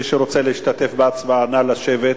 מי שרוצה להשתתף בהצבעה, נא לשבת.